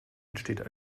entsteht